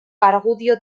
argudio